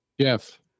Jeff